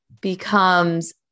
becomes